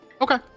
Okay